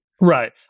Right